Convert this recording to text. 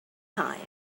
time